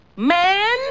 Man